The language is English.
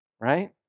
right